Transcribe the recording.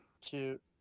Cute